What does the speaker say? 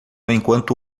enquanto